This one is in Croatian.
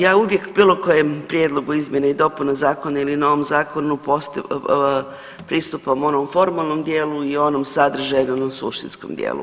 Ja uvijek o bilo kojem prijedlogu izmjene i dopuna zakona ili novom zakonu pristupam u onom formalnom dijelu i onom sadržajnom odnosno suštinskom dijelu.